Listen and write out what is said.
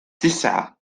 تسعة